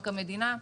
קרקע מדינה.